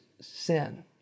sin